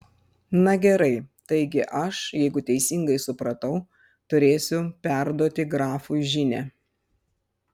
na gerai taigi aš jeigu teisingai supratau turėsiu perduoti grafui žinią